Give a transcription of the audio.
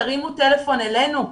תרימו טלפון אלינו.